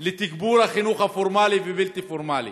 45 מיליון שקל לתגבור החינוך הפורמלי והבלתי-פורמלי.